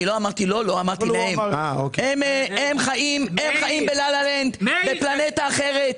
הם חיים בלה-לה-לנד, בפלנטה אחרת.